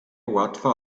łatwa